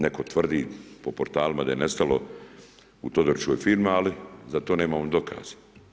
Netko tvrdi po portalima da je nestalo u Todorićevoj firmi, ali za to nemamo dokaza.